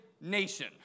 nation